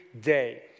day